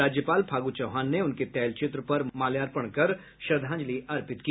राज्यपाल फागू चौहान ने उनके तैल चित्र पर माल्यार्पण कर श्रद्धांजलि अर्पित की